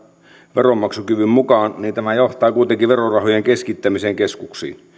veronmaksukyvyn mukaan niin tämä johtaa kuitenkin verorahojen keskittämiseen keskuksiin